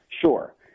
Sure